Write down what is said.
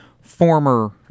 former—